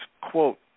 quote